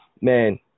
Man